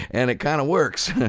and it kind of works,